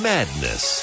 Madness